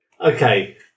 Okay